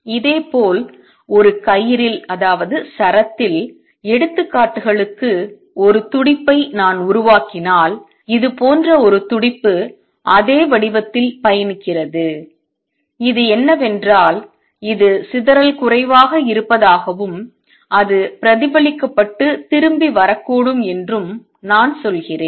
இதேபோல் ஒரு கயிரில் சரத்தில் எடுத்துக்காட்டுகளுக்கு ஒரு துடிப்பை நான் உருவாக்கினால் இது போன்ற ஒரு துடிப்பு அதே வடிவத்தில் பயணிக்கிறது இது என்னவென்றால் இது சிதறல் குறைவாக இருப்பதாகவும் அது பிரதிபலிக்கப்பட்டு திரும்பி வரக்கூடும் என்றும் நான் சொல்கிறேன்